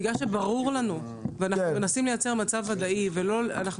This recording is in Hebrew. בגלל שברור לנו ואנחנו מנסים לייצר מצב ודאי ואנחנו